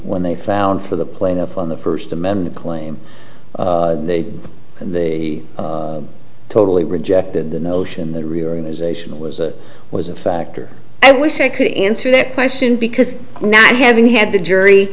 when they found for the plaintiff on the first amendment claim and the totally rejected the notion that reorganization was a was a factor i wish i could answer that question because not having had the jury